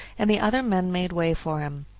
and the other men made way for him.